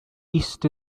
east